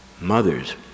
mothers